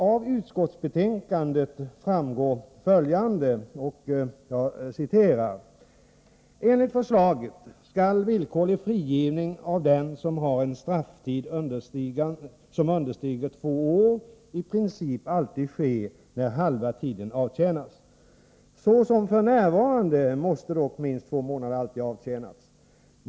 Av betänkandet framgår följande: ”Enligt förslaget skall villkorlig frigivning av den som har en strafftid som understiger två år i princip alltid ske när halva tiden avtjänats. Såsom f.n. måste dock minst två månader alltid ha avtjänats.